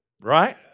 Right